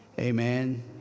Amen